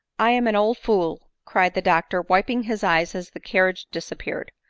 i am an old fool, cried the doctor, wiping his eyes as the carriage disappeared.